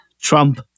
Trump